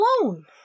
alone